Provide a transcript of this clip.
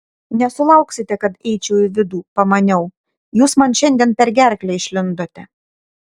nesulauksite kad eičiau į vidų pamaniau jūs man šiandien per gerklę išlindote